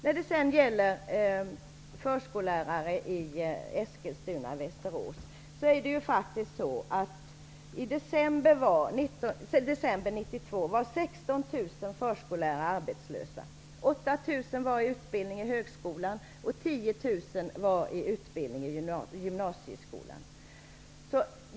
När det sedan gäller förskollärare i Eskilstuna och Västerås är det faktiskt så att i december 1992 var 16 000 förskollärare arbetslösa. 8 000 var i utbildning i högskolan, och 10 000 var i utbildning i gymnasieskolan.